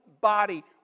body